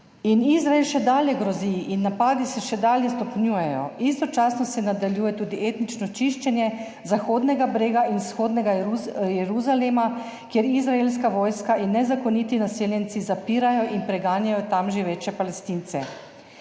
Izrael še dalje grozi in napadi se še dalje stopnjujejo, istočasno se nadaljuje tudi etnično čiščenje Zahodnega brega in vzhodnega Jeruzalema, kjer izraelska vojska in nezakoniti naseljenci zapirajo in preganjajo tam živeče Palestince.